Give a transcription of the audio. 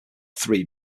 three